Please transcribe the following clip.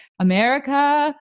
America